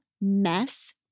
Mess